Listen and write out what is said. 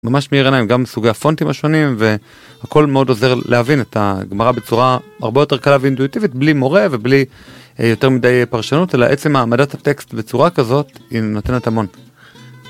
ממש מייר עיניים גם סוגי הפונטים השונים והכל מאוד עוזר להבין את הגמרא בצורה הרבה יותר קלה ואינדואיטיבית בלי מורה ובלי יותר מדי פרשנות אלא עצם מעמדת הטקסט בצורה כזאת היא נותנת המון.